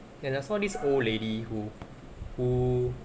and I saw this old lady who who